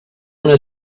una